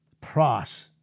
pros